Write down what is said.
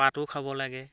পাতো খাব লাগে